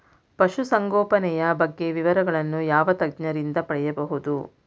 ಪಶುಸಂಗೋಪನೆಯ ಬಗ್ಗೆ ವಿವರಗಳನ್ನು ಯಾವ ತಜ್ಞರಿಂದ ಪಡೆಯಬಹುದು?